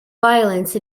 violence